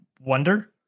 Wonder